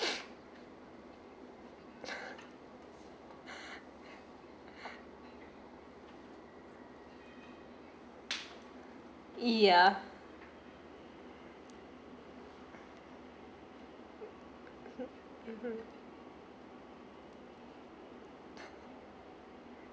yeah (uh huh)